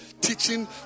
teaching